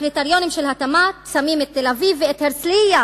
הקריטריונים של התמ"ת שמים את תל-אביב ואת הרצלייה